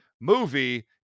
movie